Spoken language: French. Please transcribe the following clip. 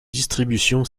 distribution